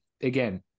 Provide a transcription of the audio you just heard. Again